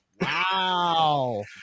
Wow